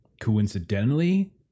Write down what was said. coincidentally